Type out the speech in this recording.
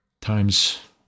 times